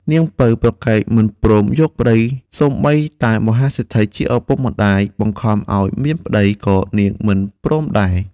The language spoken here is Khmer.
នាងពៅប្រកែកមិនព្រមយកប្ដី សូម្បីតែមហាសេដ្ឋីជាឪពុកម្ដាយបង្ខំឲ្យមានប្ដីក៏នាងមិនព្រមដែរ ។